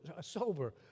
sober